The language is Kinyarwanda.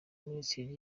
minisitiri